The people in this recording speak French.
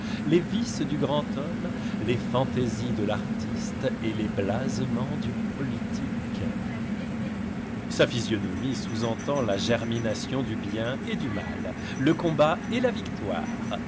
les vices du grand homme les fantaisies de l'artiste et les blasements du politique sa physionomie sous-entend la germination du bien et du mal le combat et la victoire